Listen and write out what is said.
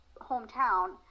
hometown